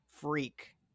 freak